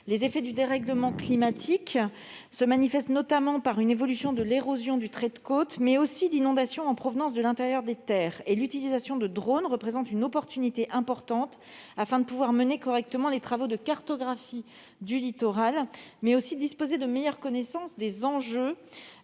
Les effets du dérèglement climatique se manifestent notamment par une évolution de l'érosion du trait de côte, mais aussi par des inondations en provenance de l'intérieur des terres. L'utilisation de drones offre donc une belle occasion de pouvoir mener correctement les travaux de cartographie du littoral, de disposer de meilleures connaissances des